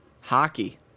hockey